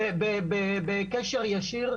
בקשר ישיר,